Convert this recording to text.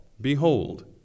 behold